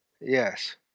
Yes